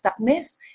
stuckness